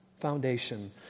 foundation